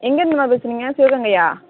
எங்கிருந்துமா பேசுகிறீங்க சிவகங்கையா